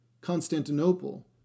Constantinople